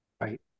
Right